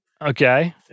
Okay